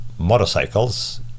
Motorcycles